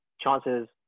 chances